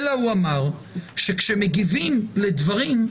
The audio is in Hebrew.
אלא הוא אמר שכשמגיבים לדברים,